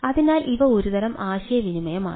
അതിനാൽ ഇവ ഒരുതരം ആശയവിനിമയമാണ്